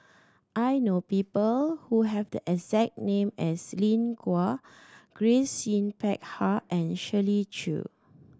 I know people who have the exact name as Lin Gao Grace Yin Peck Ha and Shirley Chew